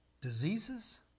Diseases